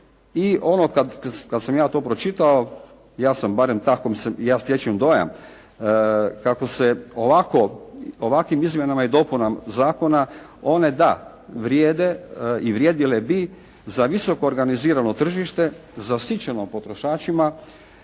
I ono kad sam ja to pročitao, ja sam barem tako, ja stječem dojam kako se ovakvim izmjenama i dopunama one da vrijede i vrijedile bi za visoko organizirano tržište zasićeno potrošačima